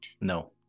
No